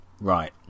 Right